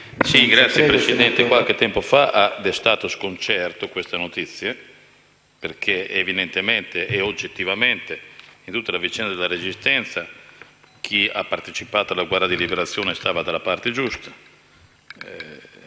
Signora Presidente, qualche tempo fa ha destato sconcerto questa notizia perché, oggettivamente, in tutta la vicenda della Resistenza, chi ha partecipato alla guerra di liberazione stava dalla parte giusta,